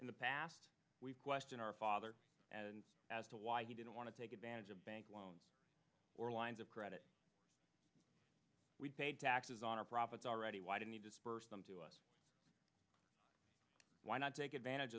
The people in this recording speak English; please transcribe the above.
in the past we question our father and as to why he didn't want to take advantage of bank loans or lines of credit we paid taxes on our profits already why didn't you disperse them to us why not take advantage